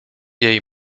jej